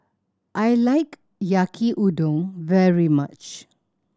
I like Yaki Udon very much